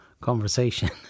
conversation